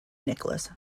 nicholas